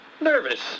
nervous